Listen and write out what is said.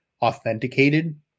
authenticated